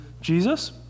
Jesus